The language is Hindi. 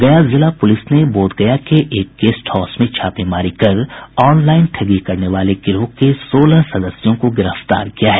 गया जिला पुलिस ने बोधगया के एक गेस्टहाउस में छापेमारी कर ऑनलाइन ठगी करने वाले गिरोह के सोलह सदस्यों को गिरफ्तार किया है